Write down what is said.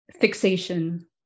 fixation